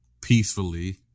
peacefully